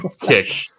kick